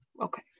Okay